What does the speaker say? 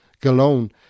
Gallon